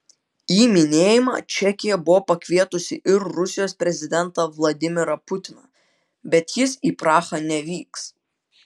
į minėjimą čekija buvo pakvietusi ir rusijos prezidentą vladimirą putiną bet jis į prahą nevyks